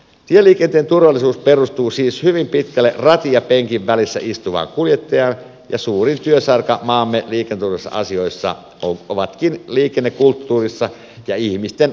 tieliikenteen turvallisuus perustuu siis hyvin pitkälle ratin ja penkin välissä istuvaan kuljettajaan ja suuri työsarka maamme kirkoissa asioissa ovatkin liikennekulttuurissa ja ihmisten